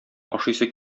ашыйсы